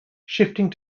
shifting